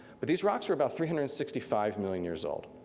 but these rocks are about three hundred and sixty five million years old.